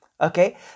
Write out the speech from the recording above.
Okay